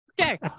okay